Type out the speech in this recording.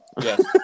yes